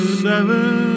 seven